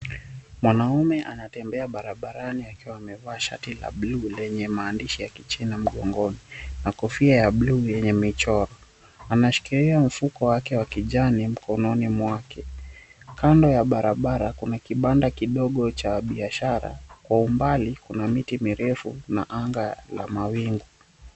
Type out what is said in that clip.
Mwanamume anatembea barabarani akiwa amevaa shati la bluu lenye maandishi ya kichina mgongoni na kofia ya bluu yenye michoro, anashikilia mfuko wake wa kijani mkononi mwake. Kando ya barabara kuna kibanda kidogo cha biashara kwa umbali kuna miti mirefu na anga la mawingu.